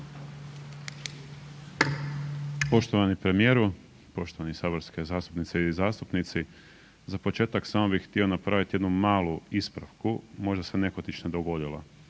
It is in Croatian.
Poštovani premijeru, poštovane saborske zastupnice i zastupnici. Za početak samo bi htio napraviti jednu malu ispravku, možda se nehotično dogodila.